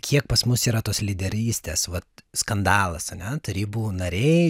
kiek pas mus yra tos lyderystės vat skandalas ane tarybų nariai